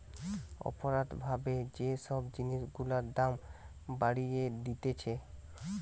অপরাধ ভাবে যে সব জিনিস গুলার দাম বাড়িয়ে দিতেছে